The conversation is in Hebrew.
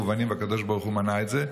והקדוש ברוך הוא מנע את זה,